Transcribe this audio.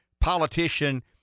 politician